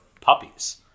puppies